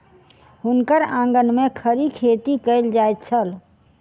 हुनकर आंगन में खड़ी खेती कएल जाइत छल